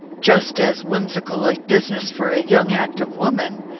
just as whimsical a business for a young active woman.